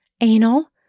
Anal